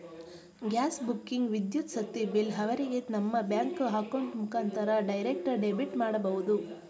gas booking, ವಿದ್ಯುತ್ ಶಕ್ತಿ bill ಅವರಿಗೆ ನಮ್ಮ ಬ್ಯಾಂಕ್ ಅಕೌಂಟ್ ಮುಖಾಂತರ ಡೈರೆಕ್ಟ್ ಡೆಬಿಟ್ ಮಾಡಬಹುದು